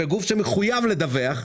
וגוף שמחויב לדווח,